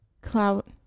clout